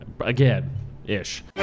Again-ish